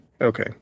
Okay